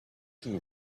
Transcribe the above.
can